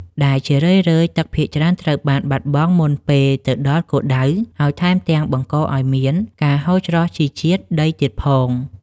ដែលជារឿយៗទឹកភាគច្រើនត្រូវបានបាត់បង់មុនពេលទៅដល់គោលដៅ ហើយថែមទាំងបង្កឱ្យមានការហូរច្រោះជីជាតិដីទៀតផង។